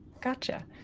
Gotcha